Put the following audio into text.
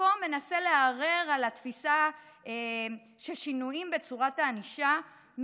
פוקו מנסה לערער על התפיסה שהשינויים בצורת הענישה,